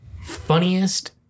funniest